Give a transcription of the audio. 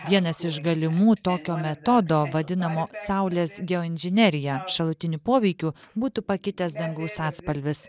vienas iš galimų tokio metodo vadinamo saulės geoinžinerija šalutinių poveikių būtų pakitęs dangaus atspalvis